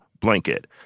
blanket